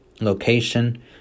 location